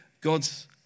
God's